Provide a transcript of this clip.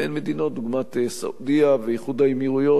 והן מדינות דוגמת סעודיה ואיחוד האמירויות,